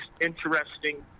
interesting